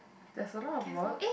there's a lot of work